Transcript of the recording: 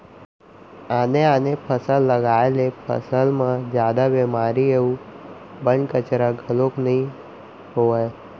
आने आने फसल लगाए ले फसल म जादा बेमारी अउ बन, कचरा घलोक नइ होवय